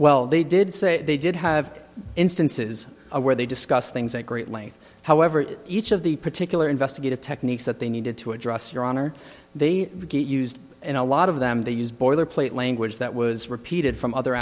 well they did say they did have instances where they discussed things at great length however each of the particular investigative techniques that they needed to address your honor they get used in a lot of them they use boilerplate language that was repeated from other